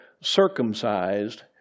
circumcised